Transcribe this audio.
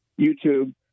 YouTube